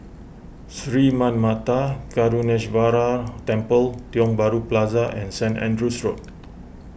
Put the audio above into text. Sri Manmatha Karuneshvarar Temple Tiong Bahru Plaza and Saint Andrew's Road